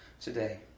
today